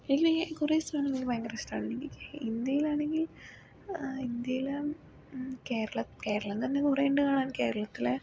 ഇങ്ങനെ കുറേ സ്ഥലങ്ങൾ എനിക്ക് ഭയങ്കര ഇഷ്ടമാണ് എനിക്ക് ഇന്ത്യയിൽ ആണെങ്കിൽ ഇന്ത്യയിൽ ആണെങ്കിൽ കേരളം കേരളം കേരളത്തിൽ തന്നെ കുറേയുണ്ട് കാണാൻ കേരളത്തിലെ